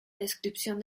descripción